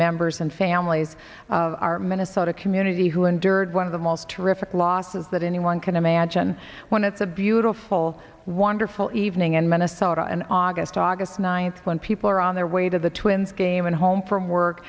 members and families our minnesota community who endured one of the most terrific losses that anyone can imagine when it's a beautiful wonderful evening in minnesota and august august ninth when people are on their way to the twins game and home from work